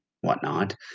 whatnot